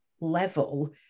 level